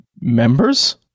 members